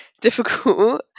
difficult